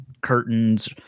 curtains